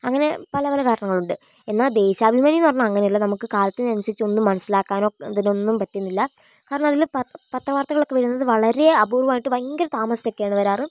അങ്ങനെ പല പല കാരണങ്ങളുണ്ട് എന്നാൽ ദേശാഭിമാനിയെന്ന് പറഞ്ഞാൽ അങ്ങനെയല്ല നമുക്ക് കാലത്തിനനുസരിച്ചു ഒന്നും മനസ്സിലാക്കാനോ അതിനൊന്നും പറ്റുന്നില്ല കാരണം അതില് പത്ത പത്രവാർത്തകള് വരുന്നത് വളരെ അപൂർവ്വമായിട്ട് ഭയങ്കര താമസിച്ചൊക്കെയാണ് വരാറ്